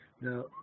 Now